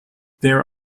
there